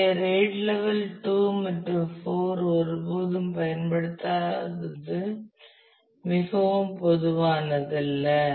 எனவே RAID level 2 மற்றும் 4 ஒருபோதும் பயன்படுத்தபடாதது மிகவும் பொதுவானதல்ல